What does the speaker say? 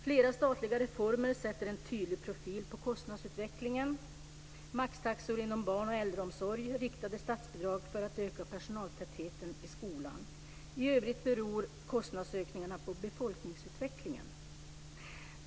Flera statliga reformer sätter en tydlig profil på kostnadsutvecklingen - maxtaxor inom barn och äldreomsorg och riktade statsbidrag för att öka personaltätheten i skolan. I övrigt beror kostnadsökningarna på befolkningsutvecklingen.